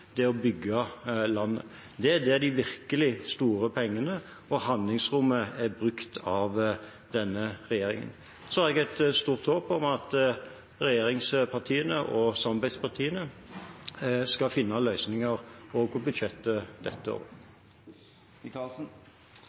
det å bygge landet. Det er der de virkelig store pengene og handlingsrommet er brukt av denne regjeringen. Så har jeg et stort håp om at regjeringspartiene og samarbeidspartiene skal finne løsninger også på budsjettet dette året.